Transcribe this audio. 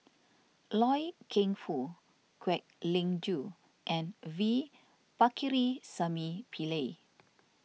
Loy Keng Foo Kwek Leng Joo and V Pakirisamy Pillai